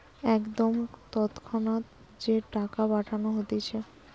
একদম তৎক্ষণাৎ যে টাকা পাঠানো হতিছে